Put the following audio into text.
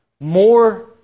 more